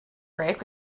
break